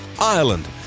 Ireland